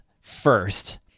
first